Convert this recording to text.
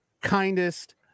kindest